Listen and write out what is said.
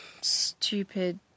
stupid